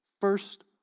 first